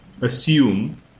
assume